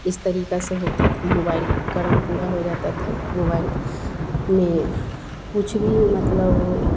इस तरीक़े से होता था मोबाइल गर्म पूरा हो जाता था मोबाइल में कुछ भी मतलब